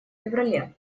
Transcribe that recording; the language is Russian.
феврале